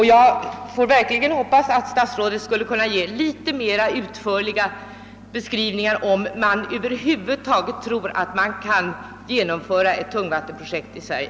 Jag får verkligen hoppas att statsrådet något mera utförligt kan redogöra för sin syn på frågan om han tror att det över huvud taget är möjligt att genomföra ett tungvattenprojekt i Sverige.